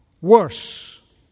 worse